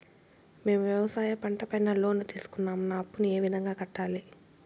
మేము వ్యవసాయ పంట పైన లోను తీసుకున్నాం నా అప్పును ఏ విధంగా కట్టాలి